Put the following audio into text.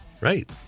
right